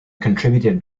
contributed